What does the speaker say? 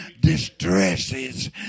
distresses